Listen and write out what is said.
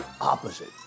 opposite